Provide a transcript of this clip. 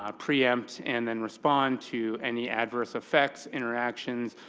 um preempt, and then respond to any adverse effects, interactions.